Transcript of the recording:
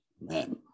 man